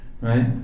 right